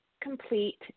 complete